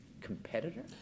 competitor